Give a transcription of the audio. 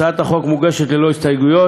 הצעת החוק מוגשת ללא הסתייגויות,